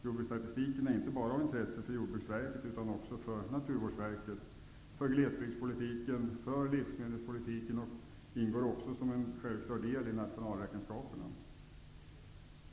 Jordbruksstatistiken är inte bara av intresse för Jordbruksverket utan också för Naturvårdsverket, för glesbygdspolitiken, för livsmedelspolitiken, och den ingår som en självklar del i nationalräkenskaperna.